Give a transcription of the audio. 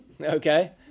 Okay